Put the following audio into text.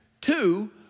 Two